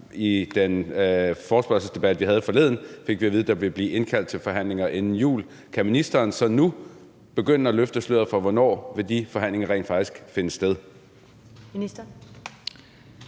I den forespørgselsdebat, vi havde forleden, fik vi at vide, at der ville blive indkaldt til forhandlinger inden jul. Kan ministeren så nu begynde at løfte sløret for, hvornår de forhandlinger rent faktisk vil finde sted? Kl.